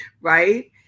right